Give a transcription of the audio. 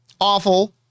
awful